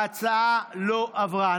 ההצעה לא עברה.